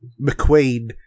McQueen